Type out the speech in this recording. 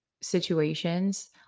situations